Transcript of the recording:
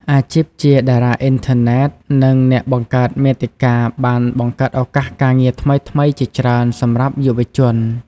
អាជីពជាតារាអុីនធឺណិត និងអ្នកបង្កើតមាតិកាបានបង្កើតឱកាសការងារថ្មីៗជាច្រើនសម្រាប់យុវជន។